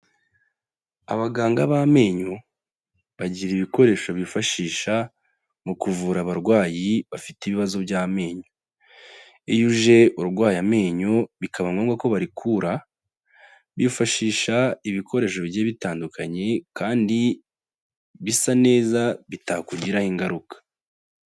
Abaganga b'amenyo bagira ibikoresho bifashisha mu kuvura abarwayi bafite ibibazo by'amenyo, iyo uje urwaye amenyo bikaba ngombwa ko barikura, bifashisha ibikoresho bigiye bitandukanye kandi bisa neza bitakugiraho ingaruka.